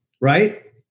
right